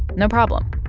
no problem.